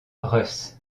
russ